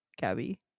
Gabby